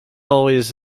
always